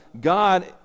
God